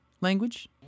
language